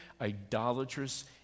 idolatrous